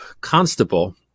Constable